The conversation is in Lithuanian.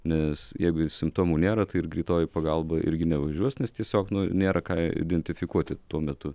nes jeigu simptomų nėra tai ir greitoji pagalba irgi nevažiuos nes tiesiog nu nėra ką identifikuoti tuo metu